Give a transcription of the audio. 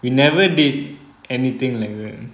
we never did anything like that